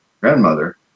grandmother